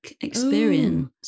experience